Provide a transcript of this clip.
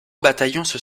bataillons